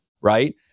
right